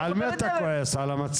אז על מי אתה כועס, על המציעים?